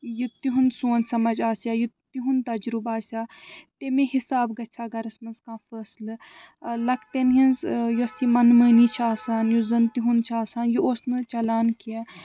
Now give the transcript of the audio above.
یہِ تِہُنٛد سونٛچ سمجھ آسیٛا یہِ تِہُنٛد تجرُبہٕ آسیٛا تَمی حِساب گژھِ ہا گَرس منٛز کانٛہہ فٲصلہٕ لۄکٹٮ۪ن ہِنٛزۍ یۄس یہِ من مٲنی چھِ آسان یُس زن تِہُنٛد چھُ آسان یہِ اوس نہٕ چلان کیٚنٛہہ